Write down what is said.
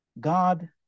God